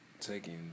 taking